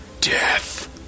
Death